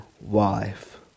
wife